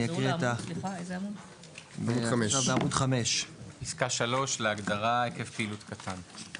אני אקריא בעמוד 5. פסקה 3 להגדרה "היקף פעילות קטן".